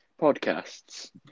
Podcasts